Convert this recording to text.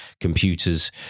computers